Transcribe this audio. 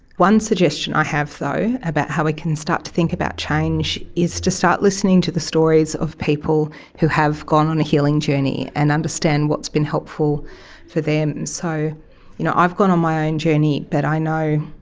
one suggestion i have though about how we can start to think about change is to start listening to the stories of people who have gone on a healing journey and understand what has been helpful for them. so you know i've gone on my own and journey but i know,